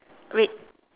red